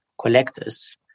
collectors